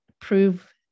prove